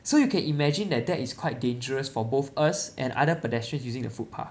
so you can imagine that that is quite dangerous for both us and other pedestrians using the footpath